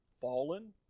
Fallen